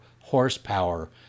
horsepower